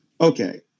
Okay